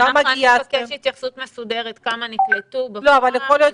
אבקש התייחסות מסודרת כמה נקלטו בפועל.